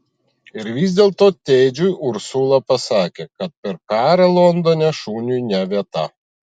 ir vis dėlto tedžiui ursula pasakė kad per karą londone šuniui ne vieta